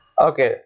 Okay